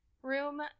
room